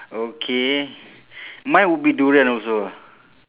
okay mine would be durian also